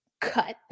cut